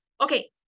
okay